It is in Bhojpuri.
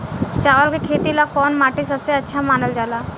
चावल के खेती ला कौन माटी सबसे अच्छा मानल जला?